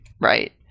Right